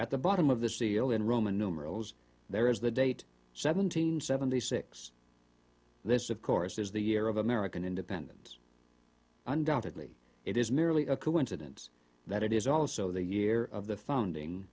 at the bottom of the seal in roman numerals there is the date seven hundred seventy six this of course is the year of american independence undoubtedly it is merely a coincidence that it is also the year of the founding